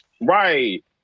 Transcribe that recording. Right